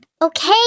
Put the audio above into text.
Okay